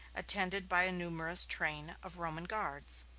attended by a numerous train of roman guards.